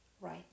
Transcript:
right